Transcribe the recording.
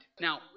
Now